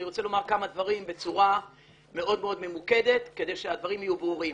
אני רוצה לומר כמה דברים בצורה מאוד ממוקדת כדי שהדברים יהיו ברורים.